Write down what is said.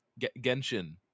Genshin